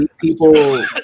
People